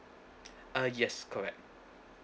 uh yes correct